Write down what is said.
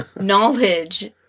knowledge